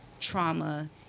trauma